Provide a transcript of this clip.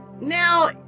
Now